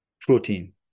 protein